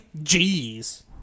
Jeez